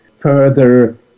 further